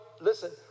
listen